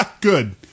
Good